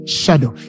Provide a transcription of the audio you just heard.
shadow